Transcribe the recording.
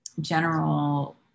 general